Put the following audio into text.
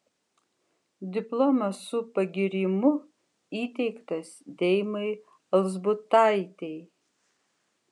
diplomas su pagyrimu įteiktas deimai alzbutaitei